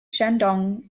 shandong